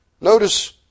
Notice